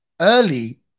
early